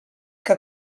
que